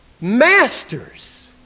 masters